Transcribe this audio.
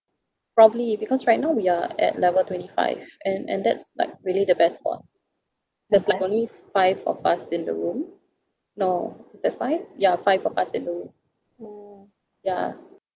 probably because right now we are at level twenty five and and that's like really the best floor there's like only five of us in the room no is that five ya five of us in the room ya